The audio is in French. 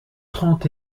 trente